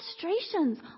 frustrations